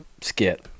skit